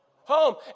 Home